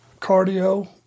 cardio